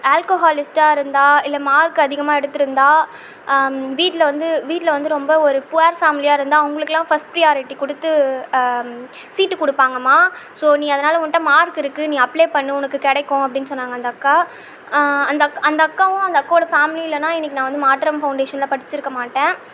அல்கஹாலிஸ்ட்டாக இருந்தால் இல்லை மார்க் அதிகமாக எடுத்திருந்தால் வீட்டில் வந்து வீட்டில் வந்து ரொம்ப ஒரு புவர் ஃபேமிலியாகருந்தா அவங்களுக்கெல்லாம் ஃபஸ்ட் ப்ரியாரிட்டி கொடுத்து சீட்டு கொடுப்பாங்கம்மா ஸோ நீ அதனால் உன்கிட்ட மார்க்கிருக்குது அதனால் நீ அப்ளை பண்ணு உனக்கு கிடைக்கும் அப்படின்னு சொன்னாங்க அந்தக்கா அந்தக் அந்தக்காவும் அந்தக்காவோட ஃபேமிலியும் இல்லைனா இன்றைக்கி நான் வந்து மாற்றம் ஃபௌண்டேஷனில் படித்திருக்கமாட்டேன்